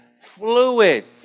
Fluids